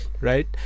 right